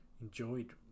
enjoyed